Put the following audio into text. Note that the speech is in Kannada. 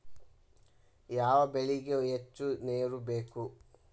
ಯಾವ ಬೆಳಿಗೆ ಹೆಚ್ಚು ನೇರು ಬೇಕು?